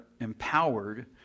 empowered